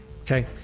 okay